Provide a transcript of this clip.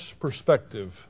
perspective